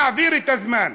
נעביר את הזמן.